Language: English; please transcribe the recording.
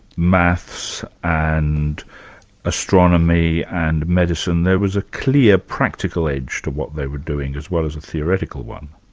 maths and astronomy and medicine, there was a clear practical edge to what they were doing as well as a theoretical one?